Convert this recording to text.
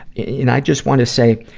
and i just want to say,